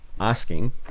asking